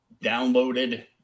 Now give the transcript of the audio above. downloaded